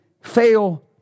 fail